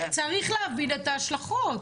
צריך להבין את ההשלכות